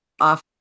off